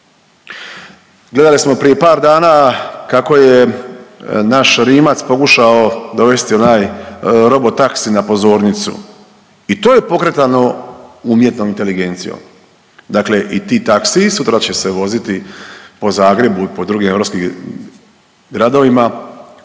Gledali smo prije par dana kako je naš Rimac pokušao dovesti onaj robot taksi na pozornicu. I to je pokretano umjetnom inteligencijom, dakle i ti taksiji. Sutra će se voziti po Zagrebu i drugim europskim gradovima,